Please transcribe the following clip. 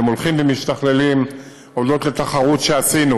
שהולכים ומשתכללים הודות לתחרות שעשינו